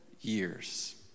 years